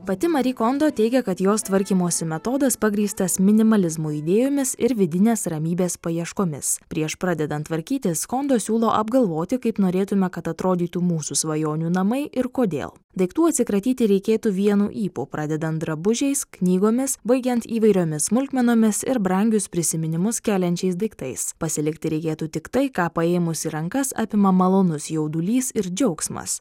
pati mari kondo teigia kad jos tvarkymosi metodas pagrįstas minimalizmo idėjomis ir vidinės ramybės paieškomis prieš pradedant tvarkytis kondo siūlo apgalvoti kaip norėtume kad atrodytų mūsų svajonių namai ir kodėl daiktų atsikratyti reikėtų vienu ypu pradedant drabužiais knygomis baigiant įvairiomis smulkmenomis ir brangius prisiminimus keliančiais daiktais pasilikti reikėtų tik tai ką paėmus į rankas apima malonus jaudulys ir džiaugsmas